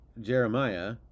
Jeremiah